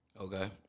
Okay